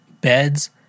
Beds